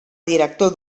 director